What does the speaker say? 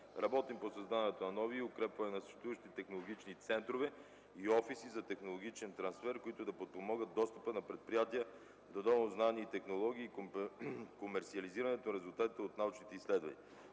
Работим по създаването на нови и укрепване на съществуващите технологични центрове и офиси за технологичен трансфер, които да подпомогнат достъпа на предприятия до нови знания и технологии и до комерсиализирането на резултатите от научните изследвания.